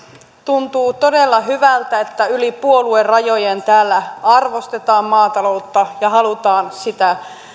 tuntuu todella hyvältä että yli puoluerajojen täällä arvostetaan maataloutta ja halutaan sitä